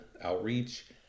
outreach